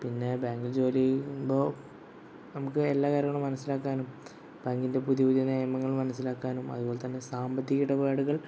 പിന്നെ ബാങ്കിൽ ജോലി ചെയ്യുമ്പോൾ നമുക്ക് എല്ലാ കാര്യങ്ങളും മനസ്സിലാക്കാനും ബാങ്കിൻ്റെ പുതിയ പുതിയ നിയമങ്ങൾ മനസ്സിലാക്കാനും അതുപോലെ തന്നെ സാമ്പത്തിക ഇടപാടുകൾ